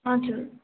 हजुर